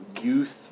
youth-